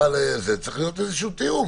צריך להיות איזשהו תיאום.